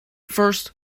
first